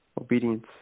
Obedience